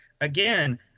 again